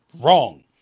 wrong